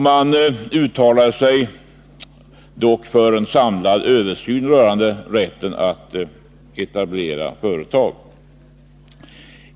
Man uttalde sig dock för en samlad översyn rörande rätten att etablera företag.